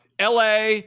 LA